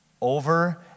over